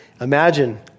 Imagine